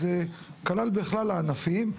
זה כלל בכלל הענפים,